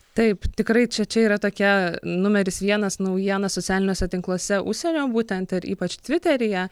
taip tikrai čia čia yra tokia numeris vienas naujiena socialiniuose tinkluose užsienio būtent ir ypač tviteryje